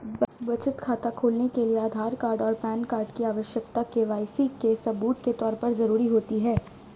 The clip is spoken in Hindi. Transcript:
बचत खाता खोलने के लिए आधार कार्ड और पैन कार्ड की आवश्यकता के.वाई.सी के सबूत के तौर पर ज़रूरी होती है